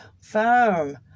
firm